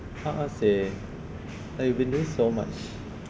a'ah seh now you've been doing so much